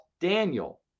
Daniel